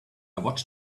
watched